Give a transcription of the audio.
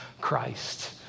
Christ